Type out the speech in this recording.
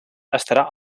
estarà